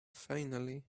finally